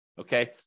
Okay